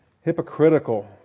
Hypocritical